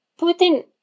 Putin